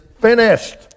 finished